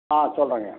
ஆ சொல்கிறேங்கய்யா